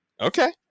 okay